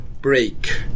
break